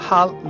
Hal